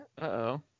Uh-oh